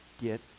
get